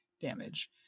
damage